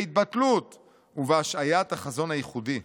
בהתבטלות ובהשהיית החזון הייחודי,